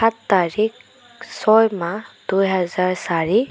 সাত তাৰিখ ছয়মাহ দুই হাজাৰ চাৰি